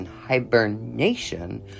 hibernation